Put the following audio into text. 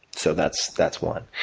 so, that's that's one.